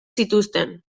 zituzten